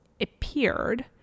appeared